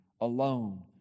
alone